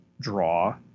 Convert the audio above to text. draw